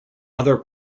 other